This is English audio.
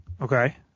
Okay